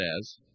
says